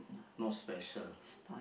no special